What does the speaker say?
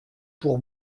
pour